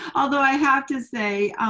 although i have to say,